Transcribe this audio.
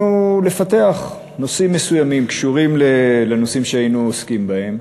לפתח נושאים מסוימים שקשורים לנושאים שעסקנו בהם,